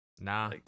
nah